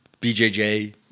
BJJ